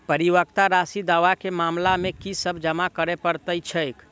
परिपक्वता राशि दावा केँ मामला मे की सब जमा करै पड़तै छैक?